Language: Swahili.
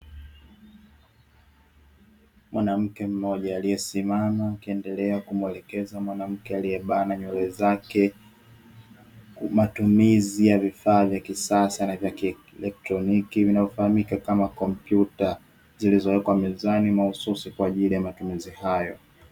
Mwanamke mmoja aliyesimama akiendelea kumwelekeza mwanamke aliyebana nywele zake, huku matumizi ya vifaa vya kisasa na vya kielektroniki vinavyofahamika kama kompyuta zilizowekwa mezani mahususi kwa ajili ya matumizi hayo.